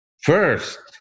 first